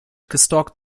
gestalkt